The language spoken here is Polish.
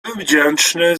wdzięczny